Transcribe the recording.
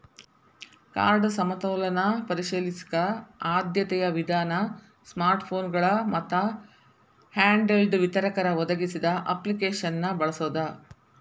card ಸಮತೋಲನ ಪರಿಶೇಲಿಸಕ ಆದ್ಯತೆಯ ವಿಧಾನ ಸ್ಮಾರ್ಟ್ಫೋನ್ಗಳ ಮತ್ತ ಹ್ಯಾಂಡ್ಹೆಲ್ಡ್ ವಿತರಕರ ಒದಗಿಸಿದ ಅಪ್ಲಿಕೇಶನ್ನ ಬಳಸೋದ